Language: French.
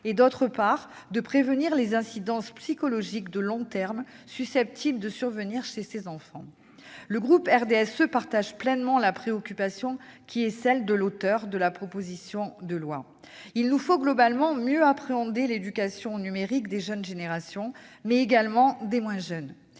et, d'autre part, de prévenir les conséquences psychologiques de long terme susceptibles d'affecter ces enfants. Le groupe RDSE partage pleinement la préoccupation de l'auteur de la proposition de loi. Il nous faut globalement mieux appréhender l'éducation au numérique des jeunes générations, mais également celle des moins jeunes.